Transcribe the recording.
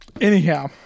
anyhow